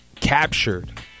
captured